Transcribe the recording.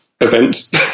event